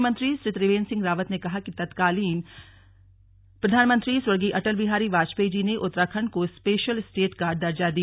मुख्यमंत्री श्री त्रिवेन्द्र सिंह रावत ने कहा कि तत्कालीन प्रधानमंत्री स्वर्गीय अटल बिहारी वाजपेयी जी ने उत्तराखण्ड को स्पेशल स्टेट का दर्जा दिया